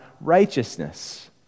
righteousness